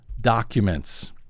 documents